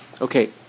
Okay